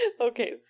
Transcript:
Okay